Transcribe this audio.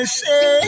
say